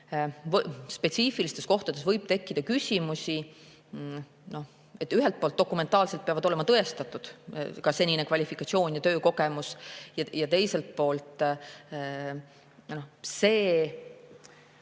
spetsiifilistes kohtades võib tekkida küsimusi. Ühelt poolt dokumentaalselt peavad olema tõestatud ka senine kvalifikatsioon ja töökogemus, ning teiselt poolt seda, ma